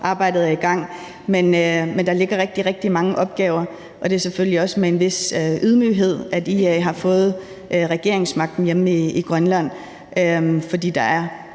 arbejdet er i gang. Men der ligger rigtig, rigtig mange opgaver, og det er selvfølgelig også med en vis ydmyghed, at IA har fået regeringsmagten hjemme i Grønland. For der er